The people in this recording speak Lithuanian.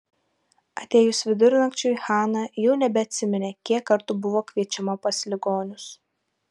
atėjus vidurnakčiui hana jau nebeatsiminė kiek kartų buvo kviečiama pas ligonius